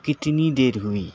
کتنی دیر ہوئی